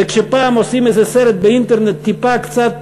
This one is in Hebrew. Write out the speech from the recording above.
וכשפעם עושים איזה סרט באינטרנט, טיפה, קצת